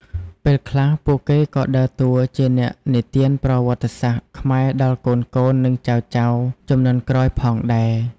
ពេលខ្លះ ពួកគេក៏ដើរតួជាអ្នកនិទានប្រវត្តិសាស្ត្រខ្មែរដល់កូនៗ និងចៅៗជំនាន់ក្រោយផងដែរ។